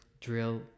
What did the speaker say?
drill